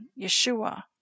Yeshua